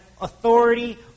authority